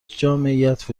جامعیت